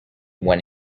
when